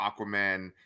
Aquaman